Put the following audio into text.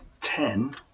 ten